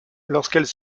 lorsqu’elle